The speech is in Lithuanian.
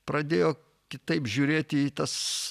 pradėjo kitaip žiūrėti į tas